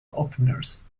openers